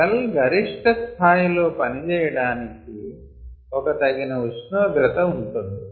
cell గరిష్ట స్థాయి లో పనిచేయడానికి ఒక తగిన ఉష్ణోగ్రత ఉంటుంది